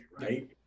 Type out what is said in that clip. right